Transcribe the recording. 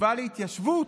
החטיבה להתיישבות,